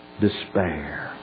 despair